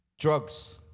Drugs